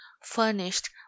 furnished